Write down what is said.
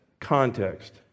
context